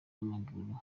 w’amaguru